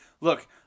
Look